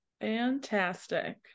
fantastic